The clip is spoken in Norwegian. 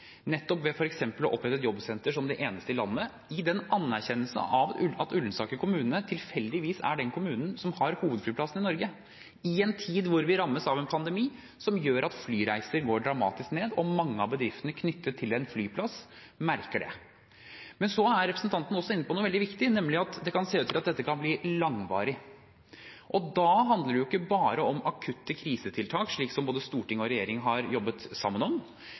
nettopp ved f.eks. å opprette et jobbsenter som det eneste i landet, i anerkjennelse av at Ullensaker kommune tilfeldigvis er den kommunen som har hovedflyplassen i Norge – i en tid da vi rammes av en pandemi som gjør at flyreiser går dramatisk ned, og mange av bedriftene knyttet til en flyplass, merker det. Så er representanten Huitfeldt også inne på noe veldig viktig, nemlig at det kan se ut til at dette kan bli langvarig. Da handler det ikke bare om akutte krisetiltak, slik både storting og regjering har jobbet sammen om,